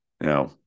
Now